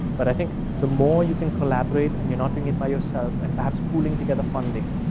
but i think the more you can collaborate and you're not doing it by yourself and perhaps pooling together funding.